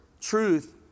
truth